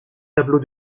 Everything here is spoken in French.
tableau